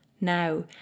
now